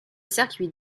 circuit